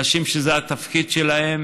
אנשים שזה התפקיד שלהם,